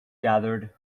gathered